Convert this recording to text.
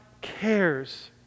cares